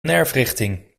nerfrichting